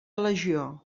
legió